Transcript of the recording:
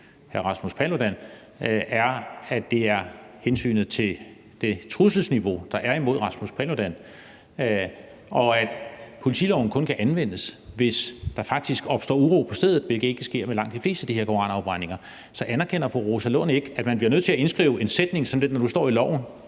er, at det er ud fra hensynet til det trusselsniveau, der er imod Rasmus Paludan, og at politiloven kun kan anvendes, hvis der faktisk opstår uro på stedet, hvilket ikke sker ved langt de fleste af de her koranafbrændinger. Så anerkender fru Rosa Lund ikke, at man bliver nødt til at indskrive en sætning som den, der nu står i